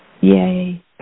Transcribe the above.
Yay